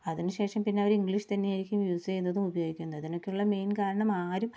അതിനുശേഷം പിന്നെ അവർ ഇംഗ്ലീഷ് തന്നെയായിരിക്കും യുസ് ചെയ്യുന്നതും ഉപയോഗിക്കുന്നതും അതിനൊക്കെയുള്ള മെയിന് കാരണം ആരും